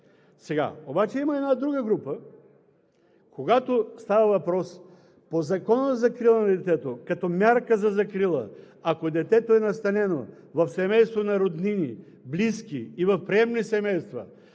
Обаче има една друга група. Когато става въпрос по Закона за закрила на детето като мярка за закрила, ако детето е настанено в семейство на роднини, близки и в приемни семейства,